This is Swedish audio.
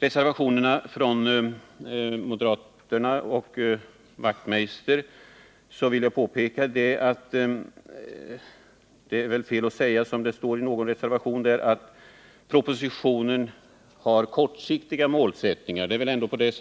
Beträffande reservationerna från Hans Wachtmeister ensam resp. samtliga moderater i utskottet vill jag framhålla att det är fel att säga, som det står i någon reservation, att propositionen har kortsiktig målsättning. Vi kan i